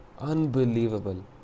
unbelievable